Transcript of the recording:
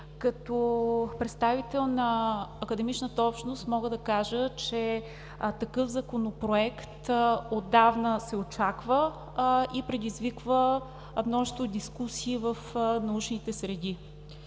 Като представител на академичната общност мога да кажа, че такъв законопроект отдавна се очаква и предизвиква множество дискусии в научните среди.